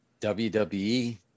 wwe